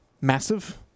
massive